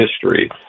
history